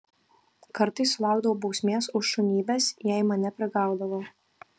kartais sulaukdavau bausmės už šunybes jei mane prigaudavo